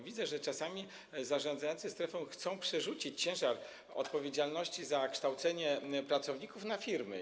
Widzę, że czasami zarządzający strefą chcą przerzucić ciężar odpowiedzialności za kształcenie pracowników na firmy.